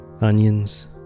onions